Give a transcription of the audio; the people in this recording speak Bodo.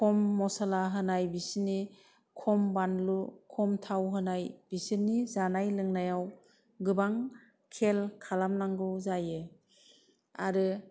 खम मस'ला होनाय बेसोरनि खम बानलु खम थाव होनाय बेसोरनि जानाय लोंनायाव गोबां खेल खालामनांगौ जायो आरो